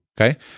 okay